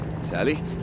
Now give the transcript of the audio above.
Sally